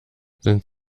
sind